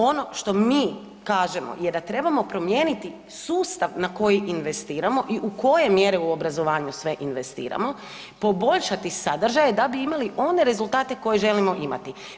Ono što mi kažemo je da trebamo promijeniti sustav na koji investiramo i u koje mjere u obrazovanju sve investiramo, poboljšati sadržaje da bi imali one rezultate koje želimo imati.